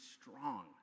strong